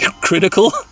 Critical